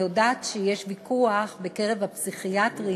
אני יודעת שיש ויכוח בקרב הפסיכיאטרים,